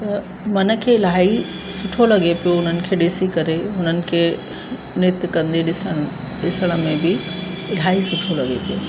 त मन खे इलाही सुठो लॻे पियो उन्हनि खे ॾिसी करे हुननि खे नृत्य कंदे ॾिसण ॾिसण में बि इलाही सुठो लॻे पियो